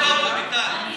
לא טוב, רויטל.